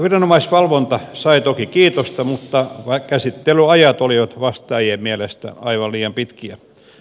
viranomaisvalvonta sai toki kiitosta mutta käsittelyajat olivat vastaajien mielestä aivan liian pitkiä